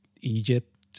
Egypt